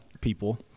people